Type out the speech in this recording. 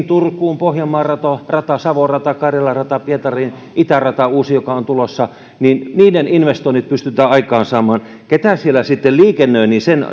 turkuun pohjanmaan rata savon rata karjalan rata pietariin uusi itärata joka on tulossa investoinnit pystytään aikaansaamaan ketä siellä sitten liikennöi sen